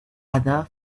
other